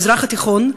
המזרח התיכון.